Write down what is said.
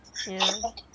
serious